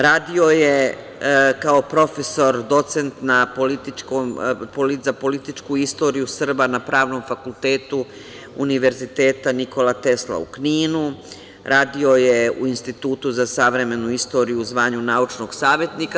Radio je kao profesor docent za političku istoriju Srba na Pravnom fakultetu Univerziteta „Nikola Tesla“ u Kninu, radio je u Institutu za savremenu istoriju u zvanju naučnog savetnika.